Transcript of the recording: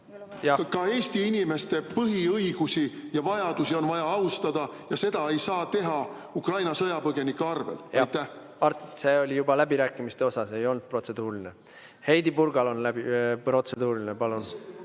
ka Eesti inimeste põhiõigusi ja vajadusi on vaja austada ja seda ei saa teha Ukraina sõjapõgenike arvel. Mart, see oli juba läbirääkimiste osa, see ei olnud protseduuriline. Heidy Purgal on protseduuriline. Palun!